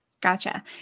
Gotcha